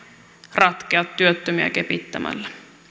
ratkea työttömiä kepittämällä